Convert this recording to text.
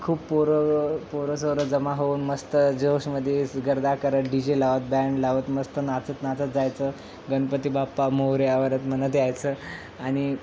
खूप पोर पोरसोरं जमा होऊन मस्त जोशमध्ये गर्दा करत डी जे लावत बँड लावत मस्त नाचत नाचत जायचं गणपती बाप्पा मोरया म्हणत म्हणत जायचं आनि